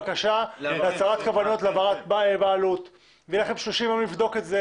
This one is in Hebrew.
בקשת הצהרת כוונות להעברת בעלות ויהיו לכם 30 מים לבדוק את זה,